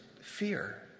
fear